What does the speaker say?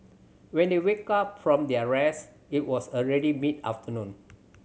when they wake up from their rest it was already mid afternoon